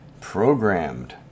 programmed